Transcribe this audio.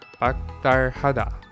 Paktarhada